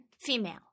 female